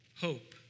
hope